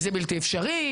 זה בלתי אפשרי,